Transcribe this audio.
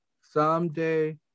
someday